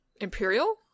Imperial